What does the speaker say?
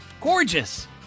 gorgeous